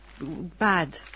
bad